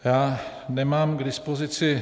Já nemám k dispozici